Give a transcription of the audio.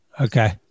Okay